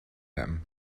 them